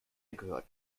gehört